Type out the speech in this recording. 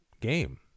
game